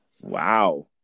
Wow